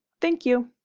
thank you.